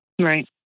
Right